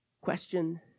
Question